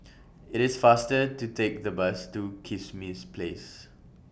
IT IS faster to Take The Bus to Kismis Place